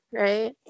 right